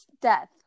death